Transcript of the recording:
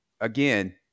again